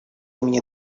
имени